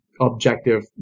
objective